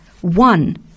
one